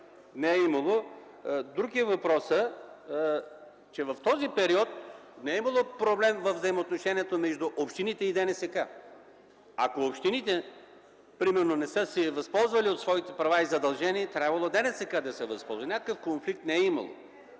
от това. Друг е въпросът, че в този период не е имало проблем във взаимоотношението между общините и ДНСК. Ако общините, примерно, не са се възползвали от своите права и задължения, трябвало е ДНСК да се възползва. Някакъв конфликт не е имало.